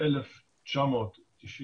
ב-1994,